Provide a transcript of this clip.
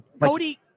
Cody